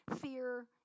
fear